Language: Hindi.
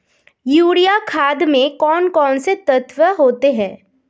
यूरिया खाद में कौन कौन से तत्व होते हैं?